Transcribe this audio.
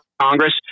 Congress